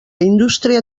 indústria